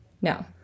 no